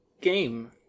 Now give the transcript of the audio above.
game